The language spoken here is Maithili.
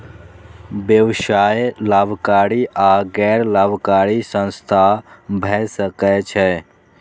व्यवसाय लाभकारी आ गैर लाभकारी संस्था भए सकै छै